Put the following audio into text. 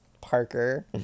Parker